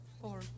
Four